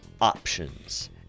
options